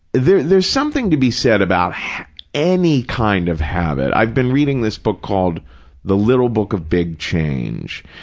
there's there's something to be said about any kind of habit. i've been reading this book called the little book of big change,